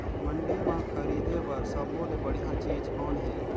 मंडी म खरीदे बर सब्बो ले बढ़िया चीज़ कौन हे?